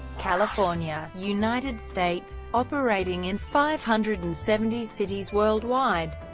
california, united states, operating in five hundred and seventy cities worldwide.